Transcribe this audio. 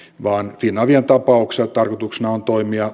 vaan finavian tapauksessa tarkoituksena on toimia